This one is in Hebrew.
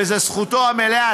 וזו זכותו המלאה,